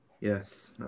Yes